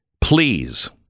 please